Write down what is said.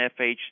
FH